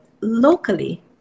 locally